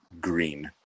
green